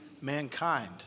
mankind